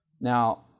Now